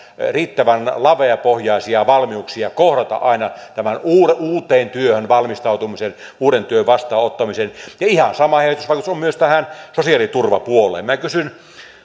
riittävän laveapohjaisia valmiuksia kohdata aina tämän uuteen työhön valmistautumisen uuden työn vastaanottamisen ja ihan sama heijastusvaikutus on myös tähän sosiaaliturvapuoleen kysyn